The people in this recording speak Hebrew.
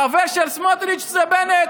החבר של סמוטריץ' זה בנט.